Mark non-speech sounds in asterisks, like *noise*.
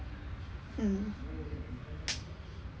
mm *noise*